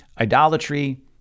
Idolatry